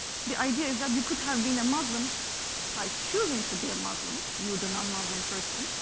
the idea that you could have been a muslim by choosing to be a muslim. you were the non-muslim person,